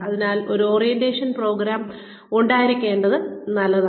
അതിനാൽ ഒരു orientation programme ഉണ്ടായിരിക്കുന്നത് നല്ലതാണ്